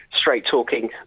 straight-talking